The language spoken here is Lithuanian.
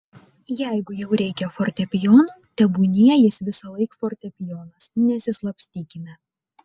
jeigu jau reikia fortepijono tebūnie jis visąlaik fortepijonas nesislapstykime